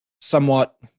somewhat